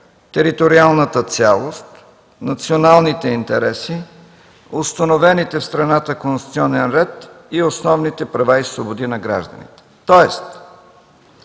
териториалната цялост, националните интереси, установените в страната конституционен ред и основните права и свободи на гражданите.”